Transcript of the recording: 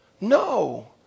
No